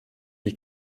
die